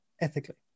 ethically